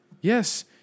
Yes